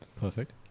perfect